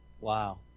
Wow